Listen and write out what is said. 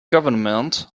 government